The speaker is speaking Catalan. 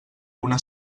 una